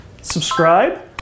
subscribe